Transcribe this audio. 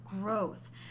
growth